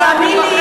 תאמין לי,